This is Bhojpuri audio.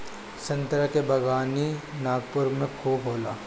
संतरा के बागवानी नागपुर में खूब होला